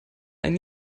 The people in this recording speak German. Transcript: einen